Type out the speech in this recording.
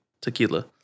tequila